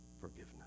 forgiveness